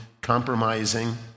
compromising